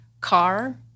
car